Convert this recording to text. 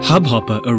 Hubhopper